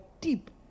deep